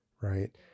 Right